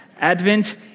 Advent